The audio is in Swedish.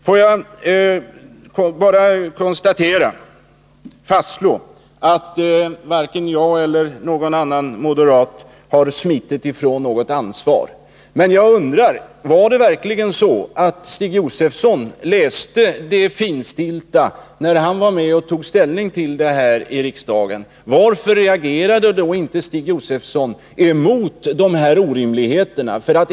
Får jag bara fastslå att varken jag eller någon annan moderat har smitit ifrån ansvar, men var det verkligen så att Stig Josefson läste det finstilta när han var med och tog ställning till det här förslaget i riksdagen? Varför reagerade då inte Stig Josefson mot de här orimligheterna?